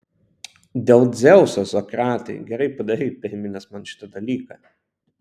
dėl dzeuso sokratai gerai padarei priminęs man šitą dalyką